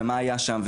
ומה היה שם,